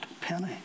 penny